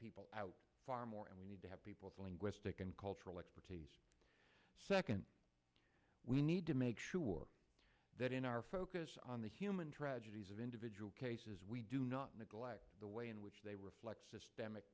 people out far more and we need to have people of linguistic and cultural expertise second we need to make sure that in our focus on the human tragedies of individual cases we do not neglect the way in which they